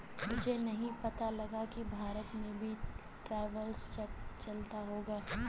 मुझे नहीं लगता कि भारत में भी ट्रैवलर्स चेक चलता होगा